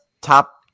top